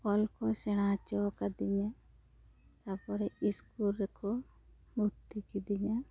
ᱚᱞ ᱠᱚᱭ ᱥᱮᱬᱟᱸ ᱚᱪᱚᱣᱟᱠᱟᱫᱤᱧᱟ ᱛᱟᱨᱯᱚᱨᱮ ᱤᱥᱠᱩᱞ ᱨᱮᱠᱚ ᱵᱷᱩᱨᱛᱤ ᱠᱤᱫᱤᱧᱟ